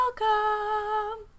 welcome